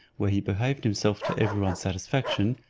where he behaved himself to every one's satisfaction,